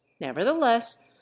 nevertheless